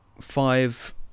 five